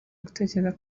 gutekereza